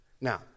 Now